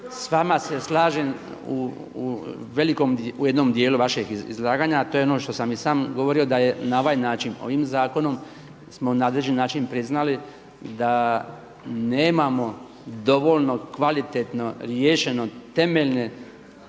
S vama s slažem u jednom dijelu vašeg izlaganja, a to je ono što sam i sam govorio da je na ovaj način smo ovim zakonom na određeni način priznali da nemamo dovoljno kvalitetno riješeno temeljne